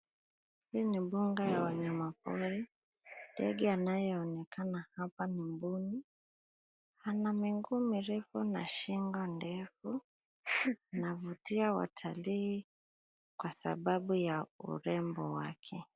Hii ni mbuga ya wanyamapori. Ndege anayeonekana hapa ni mbuni. Ana miguu mirefu na shingo ndefu. Anavutia watalii kwa sababu ya urembo wake.